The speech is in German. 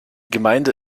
gemeinde